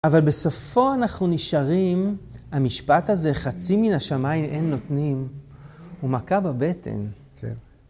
אבל בסופו אנחנו נשארים, המשפט הזה חצי מן השמיים אין נותנים. הוא מכה בבטן. כן.